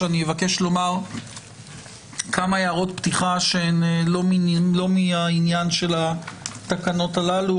שאני אבקש לומר כמה הערות פתיחה שהן לא מן העניין של התקנות הללו.